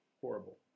Horrible